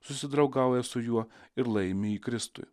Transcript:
susidraugauja su juo ir laimi jį kristui